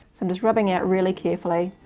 so i'm just rubbing out really carefully.